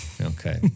Okay